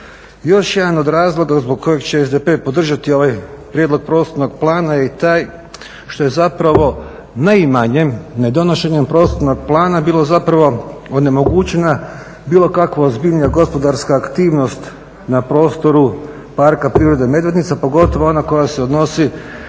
Još jedan od razloga zbog kojeg će SDP podržati ovaj prijedlog prostornog plana je i taj što je zapravo neimanjem, nedonošenjem prostornog plana bilo zapravo onemogućena bilo kakva ozbiljnija gospodarska aktivnost na prostoru Parka prirode Medvednica pogotovo ona koja se odnosi